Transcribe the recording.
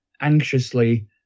anxiously